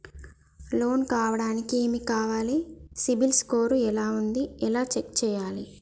Loan కావడానికి ఏమి కావాలి సిబిల్ స్కోర్ ఎలా ఉంది ఎలా చెక్ చేయాలి?